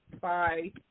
Bye